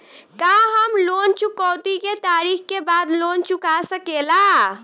का हम लोन चुकौती के तारीख के बाद लोन चूका सकेला?